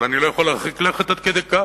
אבל אני לא יכול להרחיק לכת עד כדי כך.